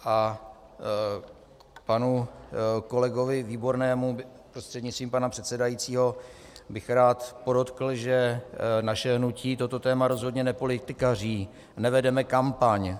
K panu kolegovi Výbornému prostřednictvím pana předsedajícího bych rád podotkl, že naše hnutí toto téma rozhodně nepolitikaří, nevedeme kampaň.